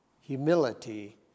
humility